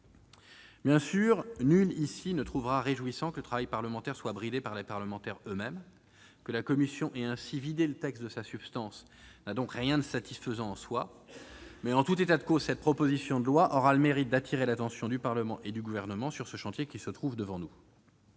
Bien sûr, nul ici ne trouvera réjouissant que le travail parlementaire soit bridé par les parlementaires eux-mêmes. Que la commission ait ainsi vidé le texte de sa substance n'a donc rien de satisfaisant en soi. Mais, en tout état de cause, cette proposition de loi aura le mérite d'attirer l'attention du Parlement et du Gouvernement sur ce chantier qui se trouve devant nous.